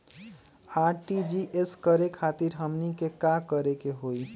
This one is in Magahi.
आर.टी.जी.एस करे खातीर हमनी के का करे के हो ई?